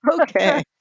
okay